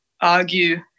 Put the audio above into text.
argue